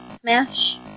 Smash